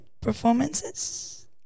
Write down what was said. performances